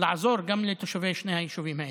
לעזור גם לתושבי שני היישובים האלה.